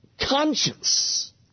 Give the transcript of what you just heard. conscience